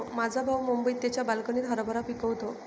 माझा भाऊ मुंबईत त्याच्या बाल्कनीत हरभरा पिकवतो